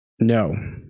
No